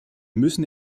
müssen